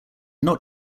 not